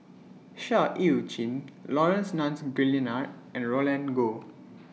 Seah EU Chin Laurence Nunns and Guillemard and Roland Goh